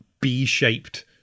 b-shaped